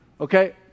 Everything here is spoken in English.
Okay